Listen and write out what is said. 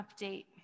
update